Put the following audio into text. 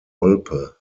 olpe